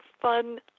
fun